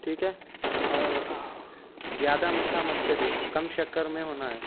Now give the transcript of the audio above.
ٹھیک ہے اور زیادہ میٹھا مت کریے کم شکر میں ہونا ہے